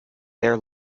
their